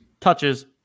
touches